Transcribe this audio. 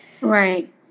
right